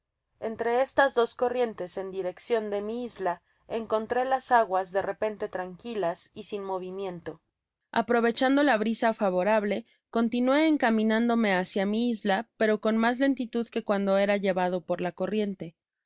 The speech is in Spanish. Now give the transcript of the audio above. entre estas dos corrientes en direccion de mi isla encontré las aguas de tepente tranquilas y sin movimiento aprovechando labrisa favorable continué encaminándome hácia mi isla pero con mas lentitud que cuando era llevado por la corriente